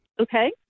Okay